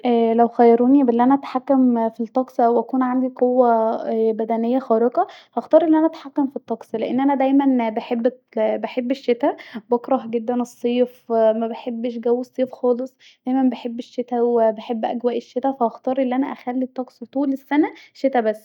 لو خيروني ف أن انا اتحكك في الطقس وان انا يكون عندي قوه بدنيه خارقه هختار أن انا اتحكم في الطقس لان انا دايما بحب ال بحب الشتا بكره دايما الصيف مبحبش جو الصيف خالص دايما بحب الشتا وبحب أجواء الشتا ف هختار أن انا اخلي الطقس طول السنه شتا بس